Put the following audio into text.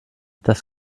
das